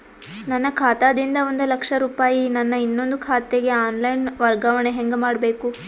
ನನ್ನ ಖಾತಾ ದಿಂದ ಒಂದ ಲಕ್ಷ ರೂಪಾಯಿ ನನ್ನ ಇನ್ನೊಂದು ಖಾತೆಗೆ ಆನ್ ಲೈನ್ ವರ್ಗಾವಣೆ ಹೆಂಗ ಮಾಡಬೇಕು?